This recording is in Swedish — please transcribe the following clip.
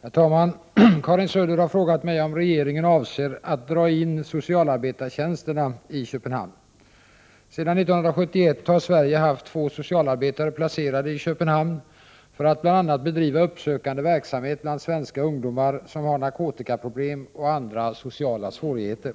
Herr talman! Karin Söder har frågat mig om regeringen avser att dra in socialarbetartjänsterna i Köpenhamn. Sedan år 1971 har Sverige haft två socialarbetare placerade i Köpenhamn för att bl.a. bedriva uppsökande verksamhet bland svenska ungdomar som har narkotikaproblem och andra sociala svårigheter.